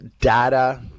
data